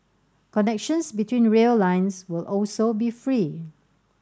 connections between rail lines will also be free